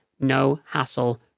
no-hassle